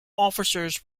officers